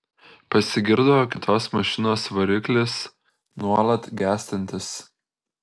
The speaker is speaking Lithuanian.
pasigirdo kitos mašinos variklis nuolat gęstantis